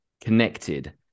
connected